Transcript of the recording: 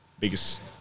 Biggest